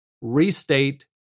restate